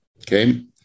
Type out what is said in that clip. okay